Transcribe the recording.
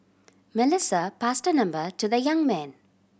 Melissa passed number to the young man